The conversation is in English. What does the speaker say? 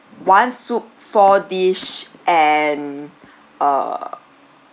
one soup four dish and uh